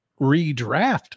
redraft